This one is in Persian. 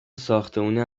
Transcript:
ساختمونه